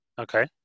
Okay